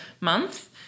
month